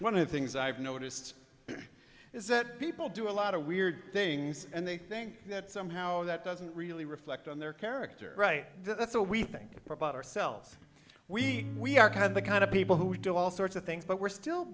one of the things i've noticed is that people do a lot of weird things and they think that somehow that doesn't really reflect on their character right so we think about ourselves we we are kind of the kind of people who do all sorts of things but we're still